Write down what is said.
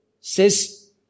says